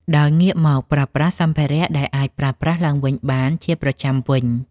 ដោយងាកមកប្រើប្រាស់សម្ភារៈដែលអាចប្រើប្រាស់ឡើងវិញបានជាប្រចាំវិញ។